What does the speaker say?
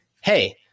hey